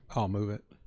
i'll move it.